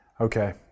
Okay